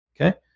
okay